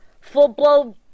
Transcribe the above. full-blown